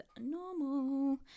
normal